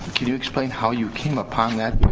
can you explain how you came upon that?